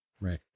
Right